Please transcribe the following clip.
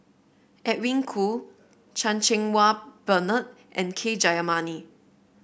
Edwin Koo Chan Cheng Wah Bernard and K Jayamani